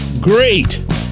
great